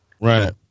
Right